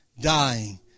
dying